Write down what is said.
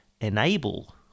enable